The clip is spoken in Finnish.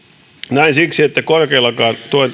näin siksi että korkeillakaan tuen